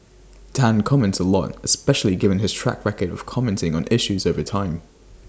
Tan comments A lot especially given his track record of commenting on issues over time